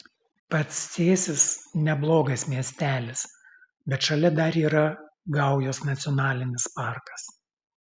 pats cėsis neblogas miestelis bet šalia dar yra gaujos nacionalinis parkas